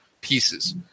pieces